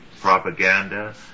propaganda